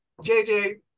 JJ